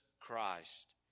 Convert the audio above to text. Christ